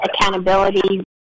accountability